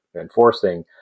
enforcing